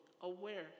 aware